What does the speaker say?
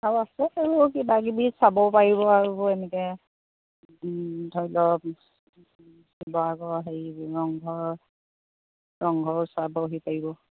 আৰু আছে সেইবোৰ কিবাকিবি চাব পাৰিব আৰু এনেকৈ ধৰি লওক শিৱসাগৰ হেৰি ৰংঘৰ ৰংঘৰ চাবহি পাৰিব